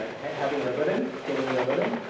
ah having their living, dating their living.